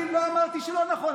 אני לא אמרתי שלא נכון.